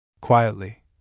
quietly